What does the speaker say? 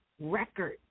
record